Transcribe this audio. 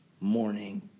morning